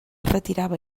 retirava